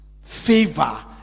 favor